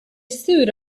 stood